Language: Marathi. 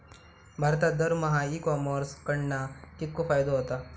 भारतात दरमहा ई कॉमर्स कडणा कितको फायदो होता?